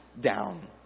down